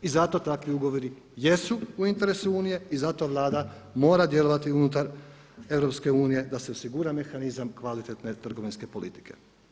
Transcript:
I zato takvi ugovori jesu u interesu Unije i zato Vlada mora djelovati unutar EU da se osigura mehanizam kvalitetne trgovinske politike.